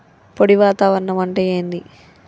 పొడి వాతావరణం అంటే ఏంది?